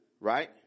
Right